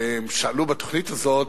שהם שאלו בתוכנית הזאת: